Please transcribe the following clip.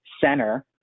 center